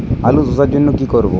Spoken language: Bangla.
আলুতে ধসার জন্য কি করব?